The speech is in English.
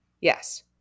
Yes